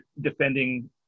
defending